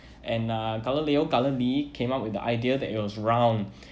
and uh galileo galilei came up with the idea that it was round